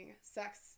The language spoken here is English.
sex